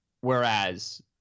whereas